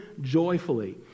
joyfully